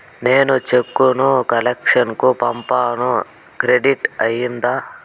నేను చెక్కు ను కలెక్షన్ కు పంపాను క్రెడిట్ అయ్యిందా